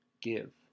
Give